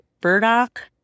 burdock